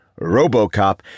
RoboCop